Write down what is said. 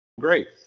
Great